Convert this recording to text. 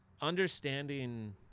understanding